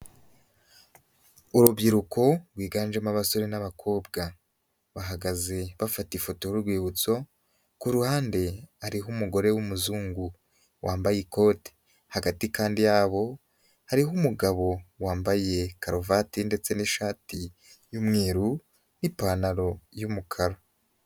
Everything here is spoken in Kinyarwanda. Urubyiruko rwiganjemo abasore n'abakobwa bahagaze bafata ifoto y'urwibutso, ku ruhande hariho umugore w'umuzungu wambaye ikote, hagati kandi yabo hariho umugabo wambaye karuvati ndetse n'ishati y'umweru n'ipantaro y'umukara.